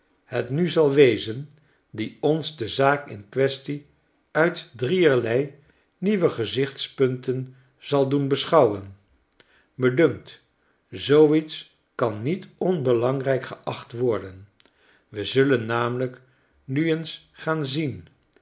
het nu zal wezen die ons de zaak in quaestie uit drieerlei nieuwe gezichtspunten zal doen beschouwen me dunkt zoo iets kan niet onbelangrijk geacht worden we zullen namelijknu eensgaan zien